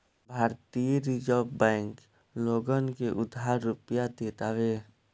भारतीय reserve bank लोगन के उधार रुपिया देत हवे